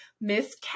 Miss